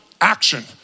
action